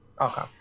okay